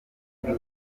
buryo